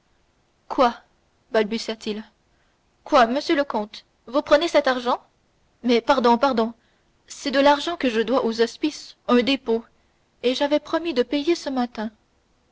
quoi balbutia-t-il quoi monsieur le comte vous prenez cet argent mais pardon pardon c'est de l'argent que je dois aux hospices un dépôt et j'avais promis de payer ce matin